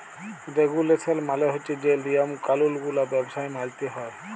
রেগুলেসল মালে হছে যে লিয়ম কালুল গুলা ব্যবসায় মালতে হ্যয়